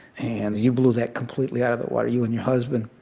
and you blew that completely out of the water, you and your husband.